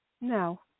No